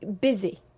busy